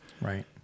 Right